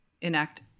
enact